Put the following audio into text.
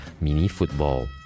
mini-football